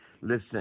Listen